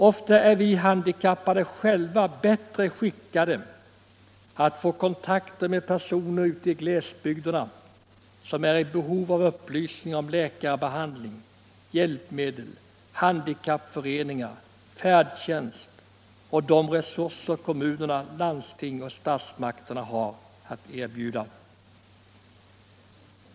Ofta är vi handikappade själva bättre skickade att få kontakter med personer ute i glesbygderna som är i behov av upplysning om läkarbehandling, hjälpmedel, handikappföreningar, färdtjänst och de resurser kommuner, landsting och statsmakterna har att erbjuda.